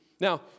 now